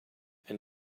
and